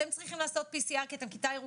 אתם צריכים לעשות PCR כי אתם ירוקה.